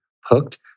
Hooked